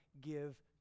give